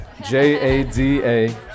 J-A-D-A